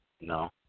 No